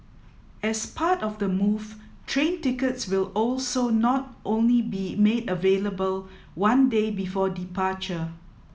as part of the move train tickets will also not only be made available one day before departure